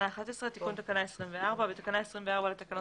11.תיקון תקנה 24 בתקנה 24 לתקנות